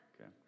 okay